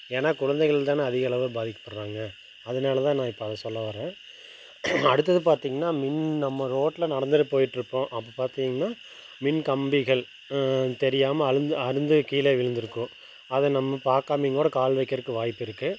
ஏன்னா குழந்தைகள் தானே அதிகளவில் பாதிக்கப்பட்றாங்க அதனால் தான் நான் இப்போ அதை சொல்ல வரேன் அடுத்தது பார்த்தீங்கன்னா மின் நம்ம ரோட்டில் நடந்துகிட்டு போயிட்டுருப்போம் அப்போ பார்த்தீங்கன்னா மின் கம்பிகள் தெரியாம அழுந் அறுந்து கீழே விழுந்து இருக்கும் அதை நம்ம பார்க்காமையுங் கூட கால் வைக்கிறக்கு வாய்ப்பு இருக்கு